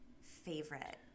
favorite